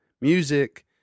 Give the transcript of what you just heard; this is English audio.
music